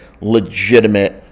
legitimate